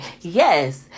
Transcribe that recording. Yes